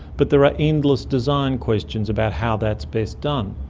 but there are endless design questions about how that's best done.